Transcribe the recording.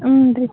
ಹ್ಞೂರೀ